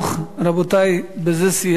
רבותי, בזה סיימנו.